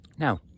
Now